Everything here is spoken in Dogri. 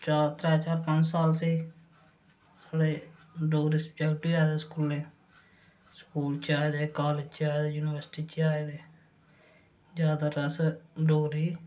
चार त्रै चार पंज साल सेही साढ़े डोगरी सब्जैक्ट बी आए दे स्कूलें स्कूल च आए दे कालेज च आए दे युनिवर्सिटी च आए दे जैदातर अस डोगरी